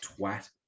twat